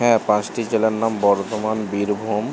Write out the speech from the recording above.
হ্যাঁ পাঁচটি জেলার নাম বর্ধমান বীরভূম